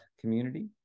community